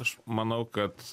aš manau kad